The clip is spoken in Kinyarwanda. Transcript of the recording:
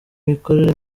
mikorere